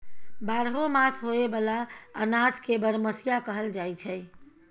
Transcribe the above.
बारहो मास होए बला अनाज के बरमसिया कहल जाई छै